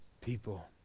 people